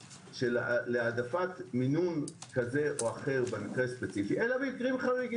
להעדפת מינון כזה או אחר אלא במקרים חריגים.